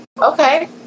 Okay